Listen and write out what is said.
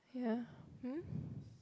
yeah um